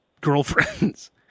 girlfriends